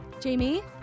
Jamie